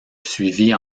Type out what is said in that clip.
suivit